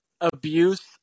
abuse